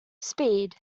speed